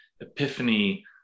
epiphany